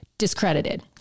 Discredited